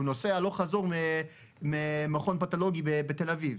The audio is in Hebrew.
באמצע הלילה הוא נוסע הלוך וחזור מהמכון הפתולוגי בתל אביב,